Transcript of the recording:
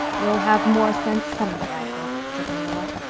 you'll have more sense some day, i hope, said marilla.